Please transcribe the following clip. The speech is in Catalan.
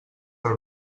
per